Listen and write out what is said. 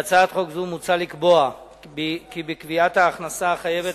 בהצעת חוק זו מוצע לקבוע כי בקביעת ההכנסה החייבת